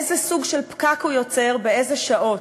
איזה סוג של פקק נוצר באיזה שעות,